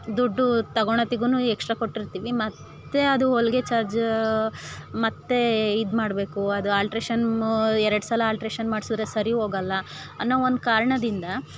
ದುಡ್ಡು ತಗೊಳತಿಗು ಎಕ್ಸ್ಟ್ರಾ ಕೊಟ್ಟಿರ್ತೀವಿ ಮತ್ತು ಅದು ಹೊಲಿಗೆ ಚಾರ್ಜ್ ಮತ್ತು ಇದು ಮಾಡಬೇಕು ಅದು ಆಲ್ಟ್ರೇಶನ್ನು ಎರಡು ಸಲ ಆಲ್ಟ್ರೇಶನ್ ಮಾಡ್ಸುದ್ರೆ ಸರಿ ಹೋಗಲ್ಲಾ ಅನ್ನೋ ಒಂದು ಕಾರಣದಿಂದ